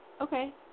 Okay